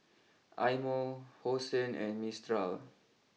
Eye Mo Hosen and Mistral